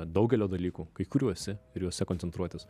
daugelio dalykų kai kurių esi ir juose koncentruotis